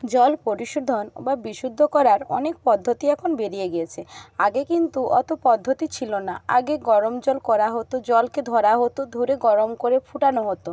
জল পরিশোধন বা বিশুদ্ধ করার অনেক পদ্ধতি এখন বেরিয়ে গিয়েছে আগে কিন্তু অত পদ্ধতি ছিল না আগে গরম জল করা হতো জলকে ধরা হতো ধরে গরম করে ফুটানো হতো